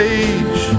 age